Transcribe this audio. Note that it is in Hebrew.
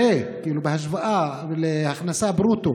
בהשוואה להכנסה ברוטו